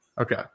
Okay